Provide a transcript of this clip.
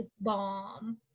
bomb